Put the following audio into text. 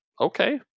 okay